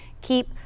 keep